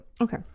Okay